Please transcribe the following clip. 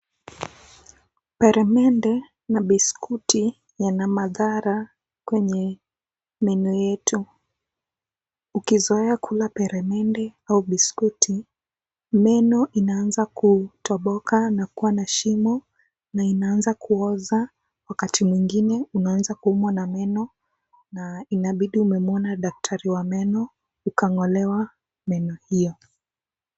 Peremende na biskuti yana madhara kwenye meno yetu. Ukizoea kula peremende au biskuti, meno inaanza kutoboka na kuwa na na shimo na inaanza kuoza, wakati mwingine unaanza kuumwa na meno na inabidi umemwona daktari wa meno, ukangolewa meno hiyo.